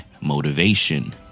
motivation